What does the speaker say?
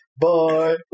Bye